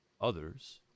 others